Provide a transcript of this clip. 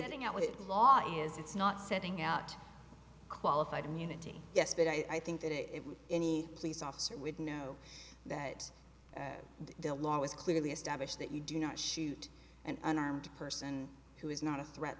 that ing outlaw is it's not sending out qualified immunity yes but i think that it would any police officer would know that the law is clearly established that you do not shoot an unarmed person who is not a threat